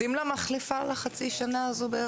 מחפשים לה מחליפה לחצי השנה הזאת?